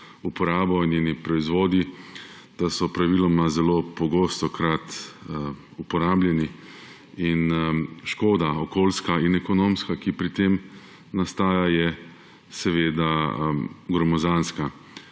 uporabo, in njeni proizvodi, da so praviloma zelo pogostokrat uporabljeni in škoda, okoljska in ekonomska, ki pri tem nastaja, je seveda gromozanska.